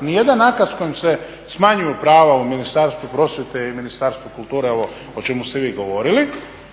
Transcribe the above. nijedan akt s kojim se smanjuju prava u Ministarstvu prosvjete i Ministarstvu kulture, ovo o čemu ste vi govorili,